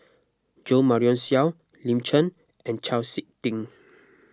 Jo Marion Seow Lin Chen and Chau Sik Ting